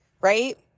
right